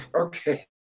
Okay